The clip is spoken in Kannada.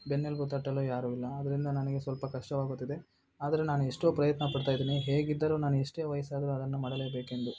ಬೆನ್ನೆಲುಬು ತಟ್ಟಲು ಯಾರು ಇಲ್ಲ ಆದ್ರಿಂದ ನನಗೆ ಸ್ವಲ್ಪ ಕಷ್ಟವಾಗುತ್ತಿದೆ ಆದರೆ ನಾನು ಎಷ್ಟೋ ಪ್ರಯತ್ನ ಪಡ್ತಾಯಿದೀನಿ ಹೇಗಿದ್ದರು ನಾನು ಎಷ್ಟೇ ವಯಸ್ಸಾದರು ಅದನ್ನು ಮಾಡಲೇಬೇಕೆಂದು